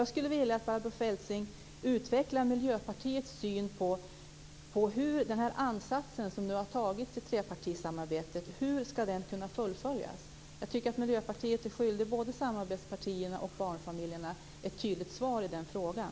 Jag skulle vilja att Barbro Feltzing utvecklar Miljöpartiets syn på hur den ansats som nu har tagits i trepartisamarbetet ska kunna fullföljas. Miljöpartiet är skyldigt både samarbetspartierna och barnfamiljerna ett tydligt svar i den frågan.